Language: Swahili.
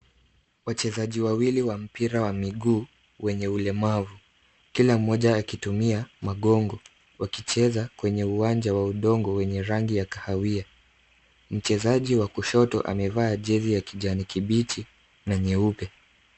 Wachezaji wawili wa mpira wa miguu wenye ulemavu, kila mmoja akitumia magongo wakicheza kwenye uwanja wa udongo wenye rangi ya kahawia. Mchezaji wa kushoto amevaa jezi ya kijani kibichi na nyeupe.